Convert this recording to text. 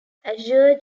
azure